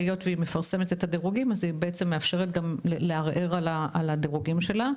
היות והיא מפרסמת את הדירוגים אז היא מאפשרת גם לערער על הדירוגים שלה,